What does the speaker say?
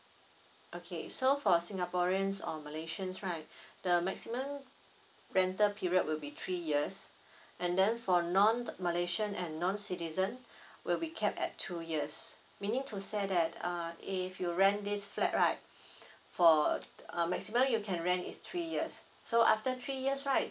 okay so for singaporeans or malaysians right the maximum rental period will be three years and then for non malaysian and non citizen will be capped at two years meaning to say that uh if you rent this flat right for uh maximum you can rent is three years so after three years right